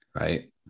Right